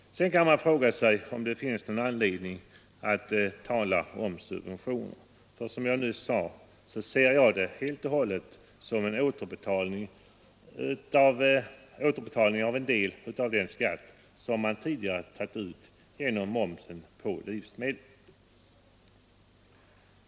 Sedan kan man givetvis fråga sig, om det finns någon anledning att tala om subventioner. Som jag nyss sade ser jag det helt och hållet som en återbetalning av en del av den skatt som man tidigare tagit ut genom momsen på livsmedel.